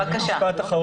אני אגיד רק עוד משפט אחד: